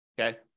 Okay